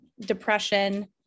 depression